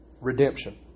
redemption